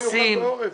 נושאים